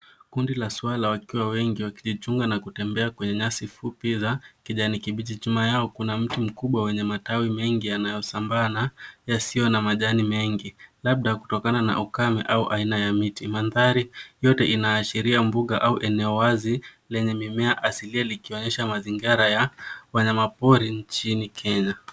Kundi la swala wakiwa wengi wakijichunga na kutembea kwenye nyasi fupi za kijani kibichi. Nyuma yao kuna mtu mkubwa mwenye matawi mengi yanayosambaa na yasiyo na majani mengi labda kutokana na ukame au aina ya miti. Mandhari yote inaashiria mbuga au eneo wazi lenye mimea asilia likionyesha mazingara ya wanyamapori nchini Kenya.